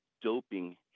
doping